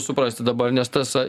suprasti dabar nes tas